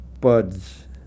buds